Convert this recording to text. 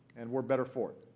and we're better for it.